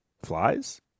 flies